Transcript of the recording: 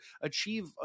achieve